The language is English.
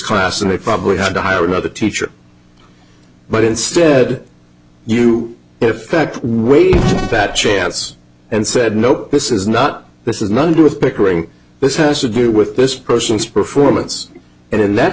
class and they probably had to hire another teacher but instead you effect weight that chance and said no this is not this is not to do with pickering this has to do with this person's performance and in that